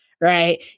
right